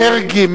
מֶרגי,